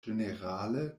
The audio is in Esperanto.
ĝenerale